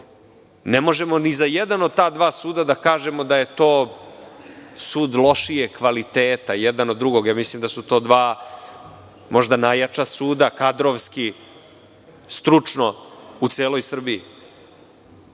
Ne možemo ni za jedan od ta dva suda da kažemo da je to sud lošijeg kvaliteta, jedan od drugog. Mislim da su to dva možda najjača suda kadrovski, stručno u celoj Srbiji.